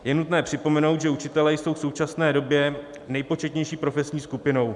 Je nutné připomenout, že učitelé jsou v současné době nejpočetnější profesní skupinou.